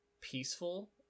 peaceful